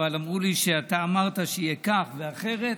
אבל אמרו לי שאתה אמרת שיהיה כך ואחרת,